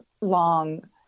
Long